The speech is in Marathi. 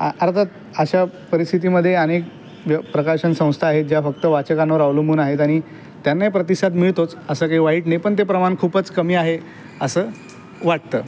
आ अर्थात अशा परिस्थितीमध्ये अनेक व्य प्रकाशन संस्था आहेत ज्या फक्त वाचकांवर अवलंबून आहेत आणि त्यांनाही प्रतिसाद मिळतोच असं काही वाईट नाही पण ते प्रमाण खूपच कमी आहे असं वाटतं